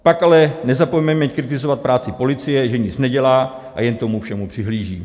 Pak ale nezapomeňme kritizovat práci policie, že nic nedělá a jen tomu všemu přihlíží.